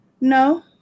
No